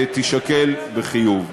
תישקל בחיוב.